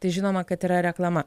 tai žinoma kad yra reklama